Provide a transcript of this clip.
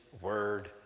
word